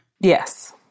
yes